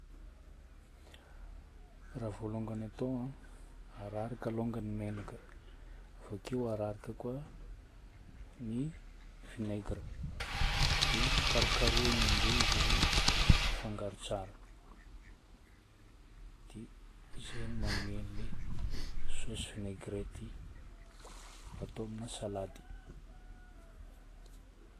Raha vôlongany atao, araraka alongany ny menaka, vake araraka koa ny vinaigre. Dia karokarohigna ami'izay izy roa hifangaro tsara. Dia izay no magnome an'ilay saosy vinaigrette atao amina salady.